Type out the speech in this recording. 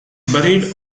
buried